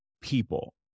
people